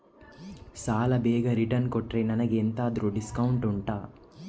ಸಾಲ ಬೇಗ ರಿಟರ್ನ್ ಕೊಟ್ರೆ ನನಗೆ ಎಂತಾದ್ರೂ ಡಿಸ್ಕೌಂಟ್ ಉಂಟಾ